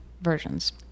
versions